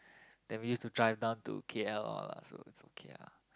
then we used to drive down to K_L all ah so is okay ah